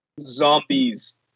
zombies